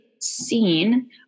seen